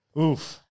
Oof